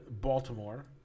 Baltimore